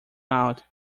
out